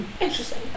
Interesting